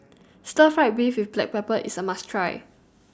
Stir Fried Beef with Black Pepper IS A must Try